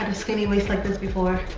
skinny waist like this before